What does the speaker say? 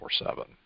24-7